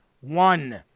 one